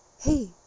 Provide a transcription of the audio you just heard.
hey